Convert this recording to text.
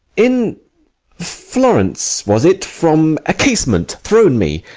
in florence was it from a casement thrown me,